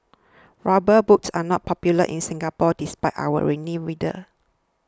rubber boots are not popular in Singapore despite our rainy weather